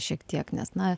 šiek tiek nes na